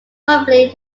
probably